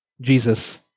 Jesus